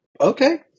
okay